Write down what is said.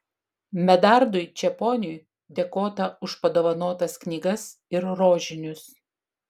medardui čeponiui dėkota už padovanotas knygas ir rožinius